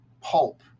Pulp